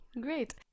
Great